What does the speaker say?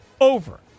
Over